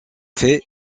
fait